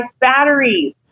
batteries